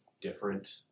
different